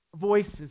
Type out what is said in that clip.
voices